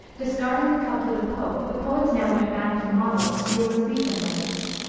discarding the couplet of pope, the poets now went back for models to the elisabethan writers.